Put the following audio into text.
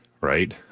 right